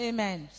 Amen